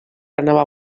anava